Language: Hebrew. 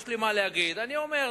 יש לי מה להגיד, אני אומר.